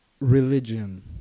religion